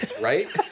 Right